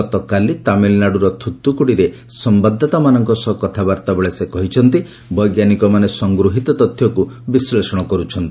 ଗତକାଲି ତାମିଲନାଡୁର ଥୁତୁକୁଡ଼ିରେ ସମ୍ବାଦଦାତାମାନଙ୍କ ସହ କଥାବାର୍ତ୍ତା ବେଳେ ସେ କହିଛନ୍ତି ବୈଜ୍ଞାନିକମାନେ ସଂଗୃହିତ ତଥ୍ୟକୁ ବିଶ୍ଳେଷଣ କରୁଛନ୍ତି